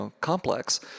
complex